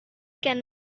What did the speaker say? can